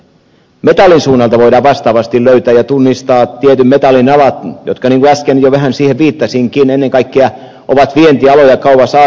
metallin suunnalta voidaan vastaavasti löytää ja tunnistaa tietyt metallin alat jotka niin kuin äsken jo vähän siihen viittasinkin ennen kaikkea ovat vientialoja kauas aasiaan